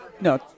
no